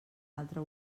altre